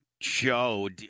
show